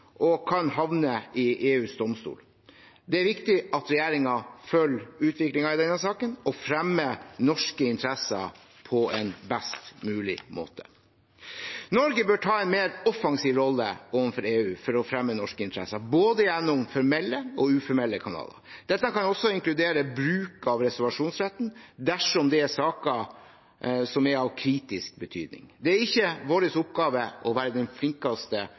og kan havne i EUs domstol. Det er viktig at regjeringen følger utviklingen i denne saken og fremmer norske interesser på en best mulig måte. Norge bør ta en mer offensiv rolle overfor EU for å fremme norske interesser, både gjennom formelle og uformelle kanaler. Dette kan også inkludere bruk av reservasjonsretten dersom det er saker som er av kritisk betydning. Det er ikke vår oppgave å være den flinkeste